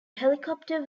helicopter